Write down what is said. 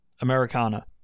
Americana